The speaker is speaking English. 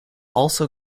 also